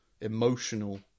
emotional